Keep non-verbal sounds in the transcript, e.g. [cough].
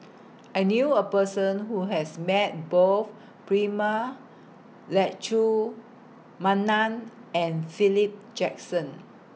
[noise] I knew A Person Who has Met Both Prema Letchumanan and Philip Jackson